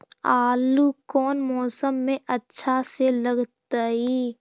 आलू कौन मौसम में अच्छा से लगतैई?